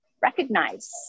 recognize